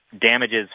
damages